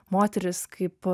moteris kaip